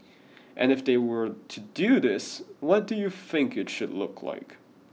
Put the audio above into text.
and if they were to do this what do you think it should look like